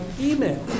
email